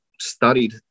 studied